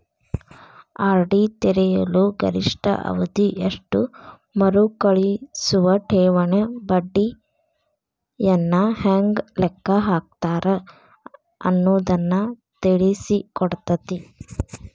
RD ತೆರೆಯಲು ಗರಿಷ್ಠ ಅವಧಿ ಎಷ್ಟು ಮರುಕಳಿಸುವ ಠೇವಣಿ ಬಡ್ಡಿಯನ್ನ ಹೆಂಗ ಲೆಕ್ಕ ಹಾಕ್ತಾರ ಅನ್ನುದನ್ನ ತಿಳಿಸಿಕೊಡ್ತತಿ